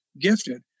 gifted